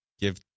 give